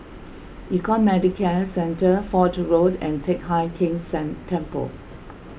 Econ Medicare Centre Fort Road and Teck Hai Keng San Temple